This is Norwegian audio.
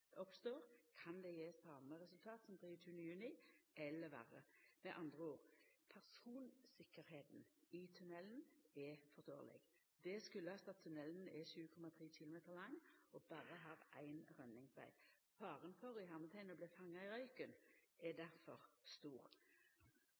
oppstår, kan det gje same resultat som 23. juni eller verre. Med andre ord: Persontryggleiken i tunnelen er for dårleg. Det kjem av at tunnelen er 7,3 km lang og berre har éin rømmingsveg. Faren for å ta fyr og bli fanga i røyken er